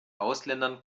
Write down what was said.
ausländern